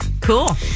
Cool